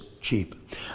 cheap